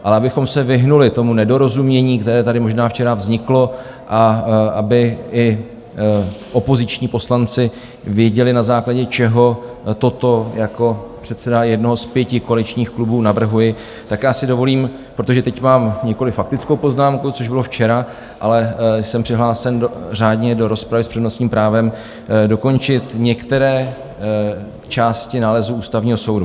Ale abychom se vyhnuli tomu nedorozumění, které tady možná včera vzniklo, a aby i opoziční poslanci věděli, na základě čeho toto jako předseda jednoho z pěti koaličních klubů navrhuji, tak já si dovolím, protože teď mám nikoli faktickou poznámku, což bylo včera, ale jsem přihlášen řádně do rozpravy s přednostním právem, dokončit některé části nálezu Ústavního soudu.